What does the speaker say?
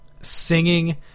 singing